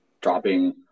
dropping